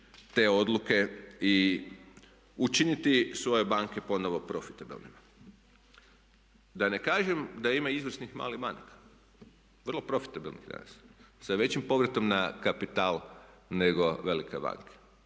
te odluke i učiniti svoje banke ponovno profitabilnima. Da ne kažem da ima izvrsnih malih banaka, vrlo profitabilnih danas sa većim povratom na kapital nego velike banke.